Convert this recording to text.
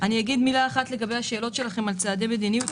אגיד מילה אחת לגבי השאלות שלכם על צעדי מדיניות.